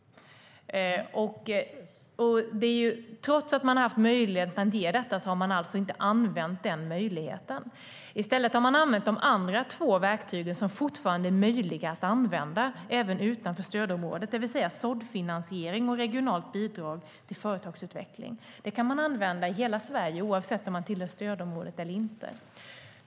Trots att man har haft möjligheten att ge detta har man inte använt den möjligheten. I stället har man använt de andra två verktygen som fortfarande är möjliga att använda även utanför stödområdet, det vill säga såddfinansiering och regionalt bidrag till företagsutveckling. Det kan man använda i hela Sverige oavsett om man tillhör stödområdet eller inte.